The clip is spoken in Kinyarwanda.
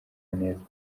onesme